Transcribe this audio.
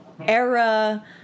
era